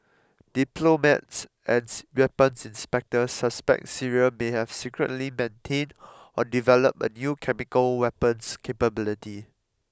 diplomats and weapons inspectors suspect Syria may have secretly maintained or developed a new chemical weapons capability